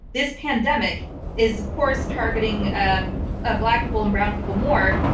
this pandemic is, of course, targeting um ah black people and brown people more,